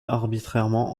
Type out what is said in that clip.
arbitrairement